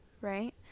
Right